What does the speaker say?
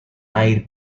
air